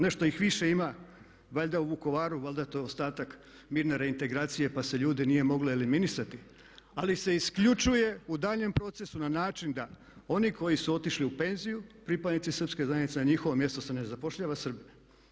Nešto ih više ima valjda u Vukovaru, valjda je to ostatak mirne reintegracije pa se ljude nije moglo eliminirati ali se isključuje u daljnjem procesu na način da oni koji su otišli u penziju pripadnici srpske zajednice na njihovo mjesto se ne zapošljava Srbe.